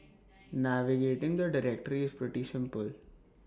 navigating the directory is pretty simple